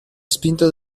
spinto